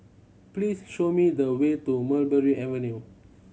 please show me the way to Mulberry Avenue